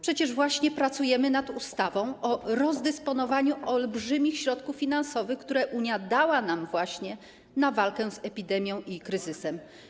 Przecież właśnie pracujemy nad ustawą o rozdysponowaniu olbrzymich środków finansowych, które Unia dała nam na walkę z epidemią i kryzysem.